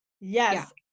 yes